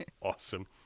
Awesome